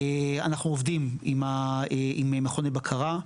אננו עובדים עם מכוני בקרה.